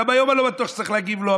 גם היום אני לא בטוח שצריך להגיב לו,